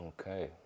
Okay